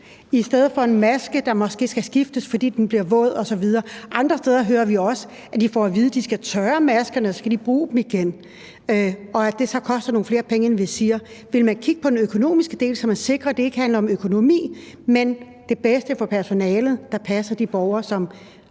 i stedet for en maske, der måske skal skiftes, fordi den bliver våd osv., og andre steder hører vi også, at de får at vide, at de skal tørre maskerne, og så skal de bruge dem igen, og at det så koster nogle flere penge end visirer – vil man kigge på den økonomiske del, så man sikrer, at det ikke handler om økonomi, men det bedste for personalet, der passer de borgere, som